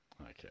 okay